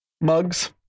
Mugs